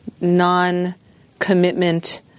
non-commitment